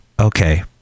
Okay